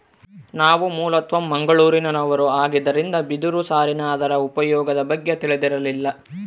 ನಾವು ಮೂಲತಃ ಮಂಗಳೂರಿನವರು ಆಗಿದ್ದರಿಂದ ಬಿದಿರು ಸಾರಿನ ಅದರ ಉಪಯೋಗದ ಬಗ್ಗೆ ತಿಳಿದಿರಲಿಲ್ಲ